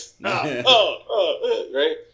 right